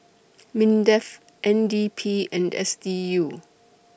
Mindef N D P and S D U